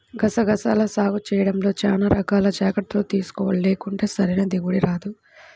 గసగసాల సాగు చేయడంలో చానా రకాల జాగర్తలు తీసుకోవాలి, లేకుంటే సరైన దిగుబడి రాదు